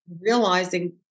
realizing